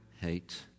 hate